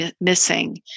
missing